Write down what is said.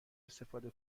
استفاده